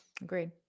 Agreed